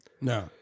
no